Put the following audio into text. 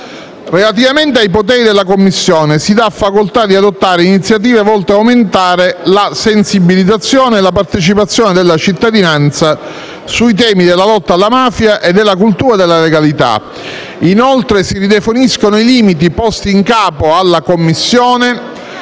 Relativamente ai poteri della Commissione si dà facoltà di adottare iniziative volte ad aumentare la sensibilizzazione e la partecipazione della cittadinanza sui temi della lotta alla mafia e della cultura della legalità. Inoltre, si ridefiniscono i limiti posti in capo alla Commissione,